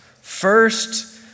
First